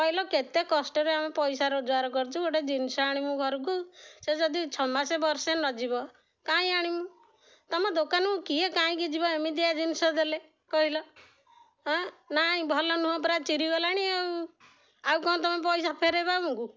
କହିଲ କେତେ କଷ୍ଟରେ ଆମେ ପଇସା ରୋଜଗାର କରିଛୁ ଗୋଟେ ଜିନିଷ ଆଣିବୁ ଘରକୁ ସେ ଯଦି ଛଅମାସ ବର୍ଷ ନଯିବ କାଇଁ ଆଣିବୁ ତମ ଦୋକାନକୁ କିଏ କାହିଁକି ଯିବା ଏମିତିଆ ଜିନିଷ ଦେଲେ କହିଲ ହଁ ନାହିଁ ଭଲ ନୁହଁ ପୁରା ଚିରିଗଲାଣି ଆଉ ଆଉ କ'ଣ ତମେ ପଇସା ଫେରେଇବ ଆମକୁ